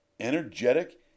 energetic